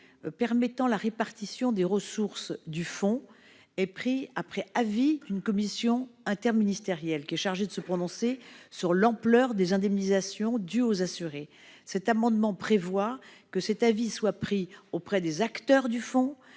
permettant la répartition des ressources du fonds est pris après avis d'une commission interministérielle, qui est chargée de se prononcer sur l'ampleur des indemnisations dues aux assurés. Je souhaite que cet avis soit pris auprès des acteurs du fonds,